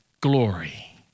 glory